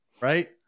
right